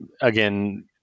Again